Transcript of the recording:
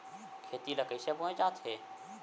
खेती ला कइसे बोय जाथे?